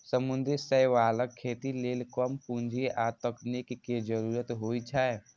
समुद्री शैवालक खेती लेल कम पूंजी आ तकनीक के जरूरत होइ छै